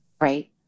right